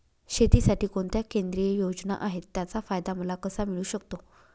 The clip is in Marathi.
शेतीसाठी कोणत्या केंद्रिय योजना आहेत, त्याचा फायदा मला कसा मिळू शकतो?